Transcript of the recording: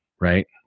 right